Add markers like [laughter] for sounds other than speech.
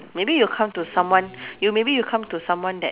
maybe you come to someone [breath] you maybe you come to someone that